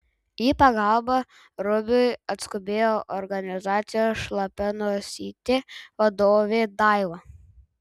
į pagalbą rubiui atskubėjo organizacijos šlapia nosytė vadovė daiva